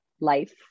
life